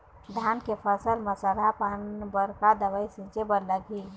धान के फसल म सरा पान बर का दवई छीचे बर लागिही?